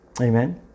amen